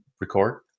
record